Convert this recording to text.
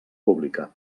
pública